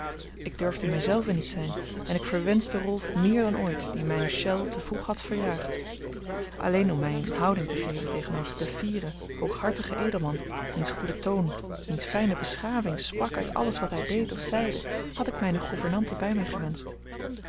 ik durfde mij zelve niet zijn en ik verwenschte rolf meer dan ooit die mijne chelles te vroeg had verjaagd alleen om mij eene houding te geven tegenover den fieren hooghartigen edelman wiens goede toon wiens fijne beschaving sprak uit alles wat hij deed of zeide had ik mijne gouvernante bij mij gewenscht